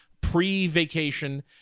pre-vacation